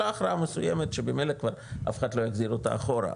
הכרעה מסוימת שבמלא כבר אף אחד לא יחזיר אותה אחורה,